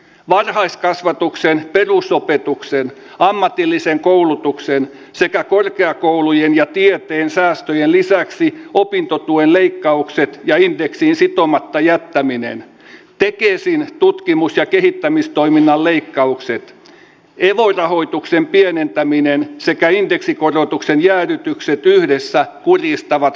varhaiskasvatuksen perusopetuksen ammatilliseen koulutukseen sekä korkeakoulujen ja tiukkojen säästöjen lisäksi opintotuen leikkaukset ja indeksiin sitomatta jättäminen tekee sinne tutkimus ja kehittämistoiminta leikkaukset elon rahoitukseen pienentäminen sekä indeksikorotuksen jäädytykset yhdessä kuin viistävät